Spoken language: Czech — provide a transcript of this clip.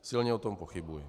Silně o tom pochybuji.